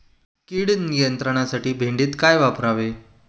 कीड नियंत्रणासाठी भेंडीत काय वापरावे?